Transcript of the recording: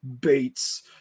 Bates